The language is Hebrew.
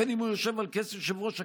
בין שהוא יושב על כס יושב-ראש הכנסת,